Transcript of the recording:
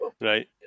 Right